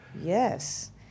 Yes